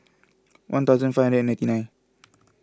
one thousand five and ninety nine